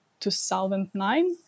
2009